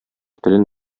телен